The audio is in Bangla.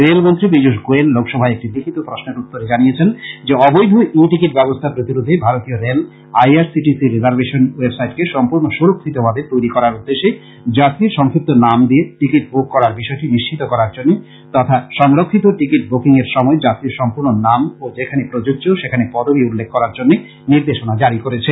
রেলমন্ত্রী পীযুষ গোয়েল লোকসভায় একটি লিখিত প্রশ্নের উত্তরে জানিয়েছেন যে অবৈধ ই টিকিট ব্যবস্থা প্রতিরোধে ভারতীয় rail I R C T C reservation ওয়েবসাইটকে সম্পূর্ণ সুরক্ষিতভাবে তৈরী করার উদ্দেশ্যে যাত্রীর সংক্ষিপ্ত নাম দিয়ে টিকিট বুক করার বিষয়টি নিশ্চিত করার জন্য তথা সংরক্ষিত টিকিট বুকিং এর সময় যাত্রীর সম্পূর্ণ নাম ও যেখানে প্রযোজ্য সেখানে পদবী উল্লেখ করার জন্য নির্দেশনা জারী করেছে